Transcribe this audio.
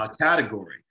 category